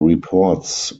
reports